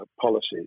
policies